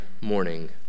morning